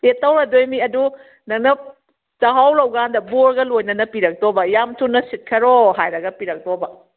ꯑꯦ ꯇꯧꯔꯗꯣꯏꯅꯤ ꯑꯗꯨ ꯅꯪꯅ ꯆꯥꯛꯍꯥꯎ ꯂꯧꯀꯥꯟꯗ ꯕꯣꯔꯒ ꯂꯣꯏꯅꯅ ꯄꯤꯔꯛꯇꯧꯕ ꯌꯥꯝ ꯊꯨꯅ ꯁꯤꯠꯈꯔꯣ ꯍꯥꯏꯔꯒ ꯄꯤꯔꯛꯇꯧꯕ